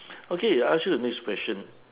okay I ask you the next question